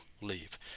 leave